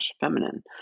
Feminine